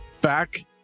back